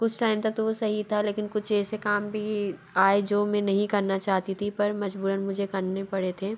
कुछ टाइम तक तो वो सही था लेकिन कुछ ऐसे काम भी आए जो मैं नहीं करना चाहती थी पर मजबूरन मुझे करने पड़े थे